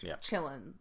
chilling